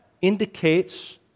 Indicates